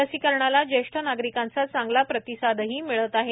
लसीकरणाला ज्येष्ठ नागरिकांचा चांगला प्रतिसादही मिळत आहे